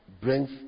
brings